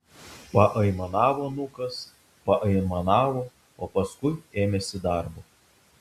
paaimanavo nukas paaimanavo o paskui ėmėsi darbo